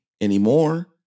anymore